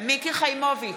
מיקי חיימוביץ'